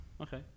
Okay